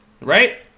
right